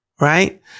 right